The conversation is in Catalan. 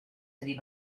tenir